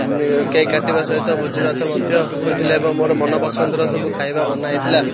cake କାଟିବା ସହିତ ଭୋଜିଭାତ ତ ମଧ୍ୟ ହୋଇଥିଲା ଏବଂ ମୋର ମନ ପସନ୍ଦର ସବୁ ଖାଇବା ବନା ହେଇଥିଲା